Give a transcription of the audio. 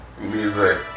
music